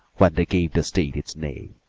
when they gave the state its name.